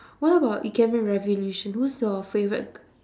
what about ikemen-revolution who's your favourite g~